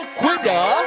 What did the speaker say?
quitter